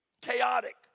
chaotic